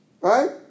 Right